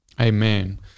Amen